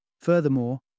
Furthermore